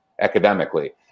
academically